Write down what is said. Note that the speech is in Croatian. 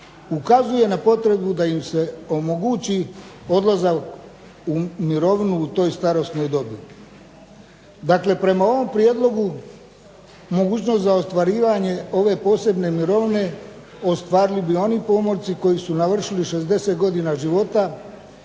ukazuje na potrebu da im se omogući odlazak u mirovinu u toj starosnoj dobi. Dakle, prema ovom prijedlogu mogućnost za ostvarivanje ove posebne mirovine ostvarili bi oni pomorci koji su navršili 60 godina života